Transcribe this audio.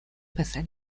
پسری